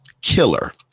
killer